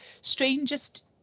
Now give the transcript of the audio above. strangest